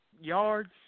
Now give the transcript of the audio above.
yards